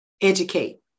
educate